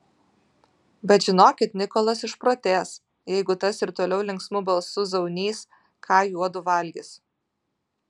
bet žinokit nikolas išprotės jeigu tas ir toliau linksmu balsu zaunys ką juodu valgys